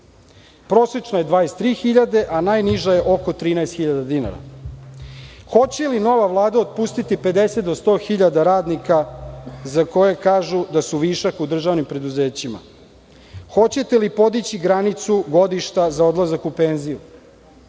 Prosečna je 23 hiljade, a najniža je oko 13 hiljada dinara. Hoće li nova Vlada otpustiti 50-100 hiljada radnika za koje kažu da su višak u državnim preduzećima? Hoćete li podići granicu godišta za odlazak u penziju